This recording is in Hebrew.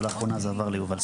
ולאחרונה זה עבר ליובל סרי.